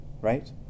right